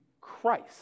Christ